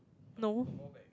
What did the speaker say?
no